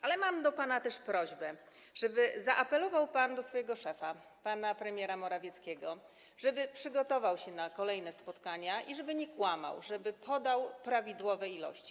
Ale mam do pana też prośbę, żeby zaapelował pan do swojego szefa, pana premiera Morawieckiego, żeby przygotował się na kolejne spotkania i żeby nie kłamał, żeby podał prawidłowe ilości.